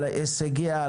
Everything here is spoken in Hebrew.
על הישגיה,